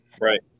Right